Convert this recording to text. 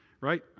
right